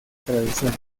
tradición